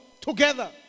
Together